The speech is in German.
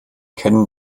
kennen